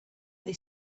they